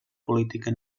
política